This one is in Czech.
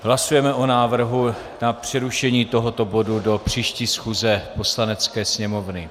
Hlasujeme o návrhu na přerušení tohoto bodu do příští schůze Poslanecké sněmovny.